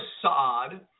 facade